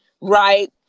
Right